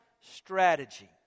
strategy